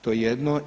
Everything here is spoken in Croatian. To je jedno.